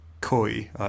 Coy